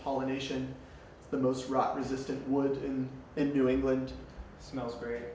pollination the most rock resistant wood and new england smells great